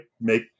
make